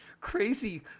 crazy